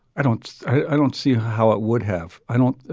i don't i don't see how it would have i don't